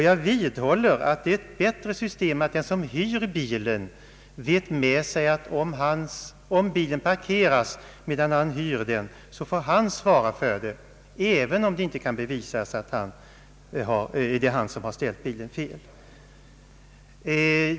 Jag vidhåller att det är ett bättre system att den som hyr bilen vet med sig att om bilen felparkeras medan han hyr den så får han svara för detta, även om det inte kan bevisas att det är han som ställt bilen fel.